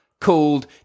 called